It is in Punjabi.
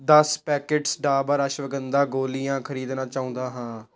ਦਸ ਪੈਕੇਟਸ ਡਾਬਰ ਅਸ਼ਵਗੰਧਾ ਗੋਲੀਆਂ ਖ਼ਰੀਦਣਾ ਚਾਹੁੰਦਾ ਹਾਂ